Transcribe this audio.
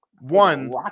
One